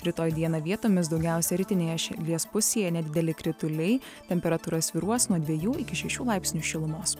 rytoj dieną vietomis daugiausia rytinėje šalies pusėje nedideli krituliai temperatūra svyruos nuo dviejų iki šešių laipsnių šilumos